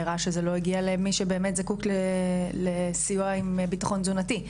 הראה שזה לא הגיע למי שבאמת זקוק לסיוע עם ביטחון תזונתי,